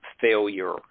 failure